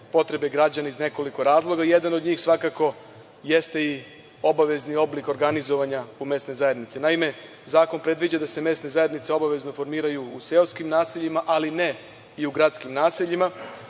potrebe građana, i to iz nekoliko razloga. Jedan od njih svakako jeste i obavezni oblik organizovanja u mesnoj zajednici. Dakle, zakon predviđa da se mesne zajednice obavezno formiraju u seoskim naseljima, ali ne i u gradskim naseljima,